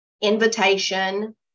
invitation